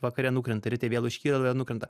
vakare nukrenta ryte vėl užkyla vėl nukrenta